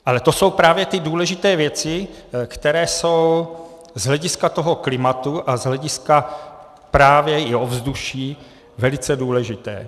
Ale to jsou právě ty důležité věci, které jsou z hlediska klimatu a z hlediska právě i ovzduší velice důležité.